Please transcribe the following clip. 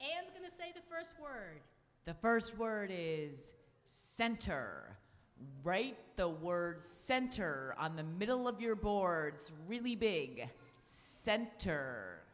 say the first word the first word is center right the words center on the middle of your board's really big center